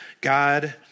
God